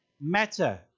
matter